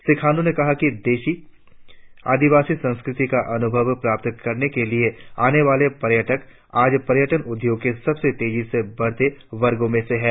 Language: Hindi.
श्री खांडू ने कहा कि देशी आदिवासी संस्कृति का अनुभव प्राप्त करने के लिए आने वाले पर्यटक आज पर्यटन उद्योग के सबसे तेजी से बढ़ते वर्गों में से हैं